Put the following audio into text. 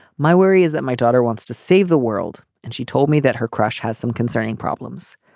my worry is that my daughter wants to save the world and she told me that her crush has some concerning problems.